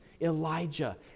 Elijah